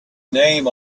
name